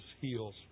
heals